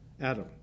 Adam